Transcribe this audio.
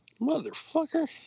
Motherfucker